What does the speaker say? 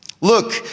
Look